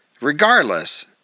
regardless